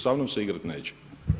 Sa mnom se igrati neće.